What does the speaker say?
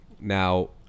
Now